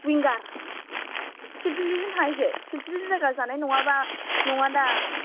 विंगार फिलफिलिजों थांसै फिलफिलि जायगा जानाय नङादां